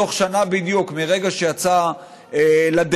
בתוך שנה בדיוק מהרגע שיצא לדרך.